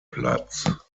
platz